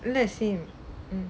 let's see him